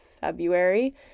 February